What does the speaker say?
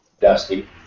dusty